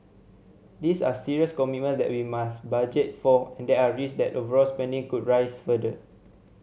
these are serious commitments that we must budget for and there are risk that overall spending could rise further